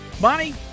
Bonnie